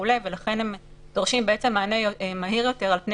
ולכן הם דורשים מענה מהיר יותר על פני